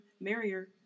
merrier